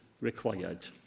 required